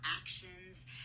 actions